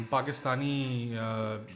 Pakistani